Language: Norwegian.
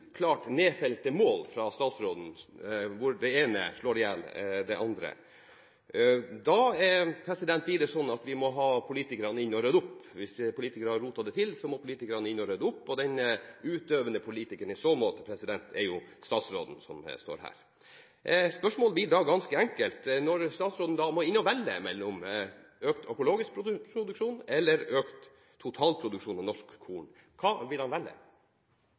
klart nedfelte mål fra statsråden, der det ene slår i hjel det andre. Da må politikerne inn og rydde opp – hvis politikere har rotet det til, må politikerne inn og rydde opp. Den utøvende politikeren i så måte er jo statsråden som står her. Spørsmålet blir da ganske enkelt: Når statsråden må inn og velge mellom økt økologisk produksjon eller økt totalproduksjon av norsk korn – hva vil han